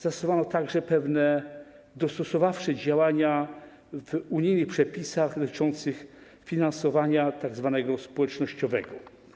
Zastosowano także pewne dostosowawcze działania w unijnych przepisach dotyczących finansowania tzw. społecznościowego.